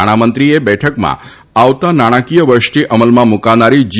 નાણામંત્રીએ બઠકમાં આવતા નાણાકીય વર્ષથી અમલમાં મુકાનારી જી